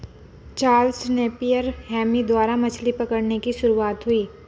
Charles Napier Hemy द्वारा मछली पकड़ने की शुरुआत हुई